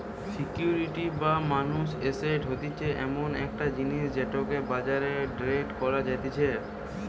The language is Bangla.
সিকিউরিটি বা মানুষের এসেট হতিছে এমন একটা জিনিস যেটাকে বাজারে ট্রেড করা যাতিছে